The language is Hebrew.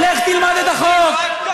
לך תלמד את החוק.